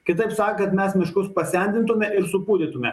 kitaip sakant mes miškus pasendintume ir supūdytume